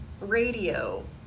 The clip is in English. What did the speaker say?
radio